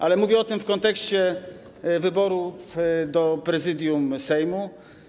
Ale mówię o tym w kontekście wyboru Prezydium Sejmu.